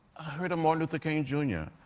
heard martin luther king jr.